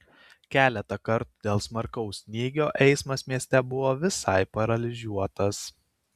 keletą kartų dėl smarkaus snygio eismas mieste buvo visai paralyžiuotas